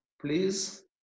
please